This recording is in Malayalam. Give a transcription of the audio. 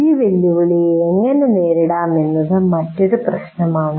ഈ വെല്ലുവിളിയെ എങ്ങനെ നേരിടാം എന്നത് മറ്റൊരു പ്രശ്നമാണ്